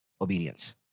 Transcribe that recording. obedience